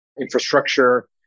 infrastructure